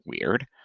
Weird